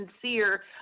sincere